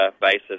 basis